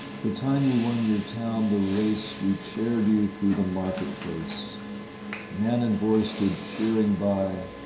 the time you won your town the race we chaired you through the market-place man and boy stood cheering by,